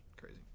crazy